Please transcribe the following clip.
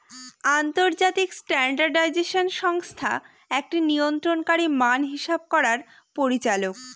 আন্তর্জাতিক স্ট্যান্ডার্ডাইজেশন সংস্থা একটি নিয়ন্ত্রণকারী মান হিসাব করার পরিচালক